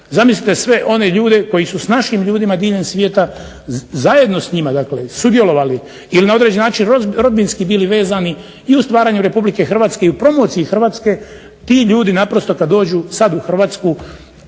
Zamislite sve one ljude koji su s našim ljudima diljem svijeta zajedno s njima sudjelovali ili na određeni način rodbinski bili vezani i u stvaranju RH i u promociji Hrvatske, ti ljudi naprosto kada dođu sada u Hrvatsku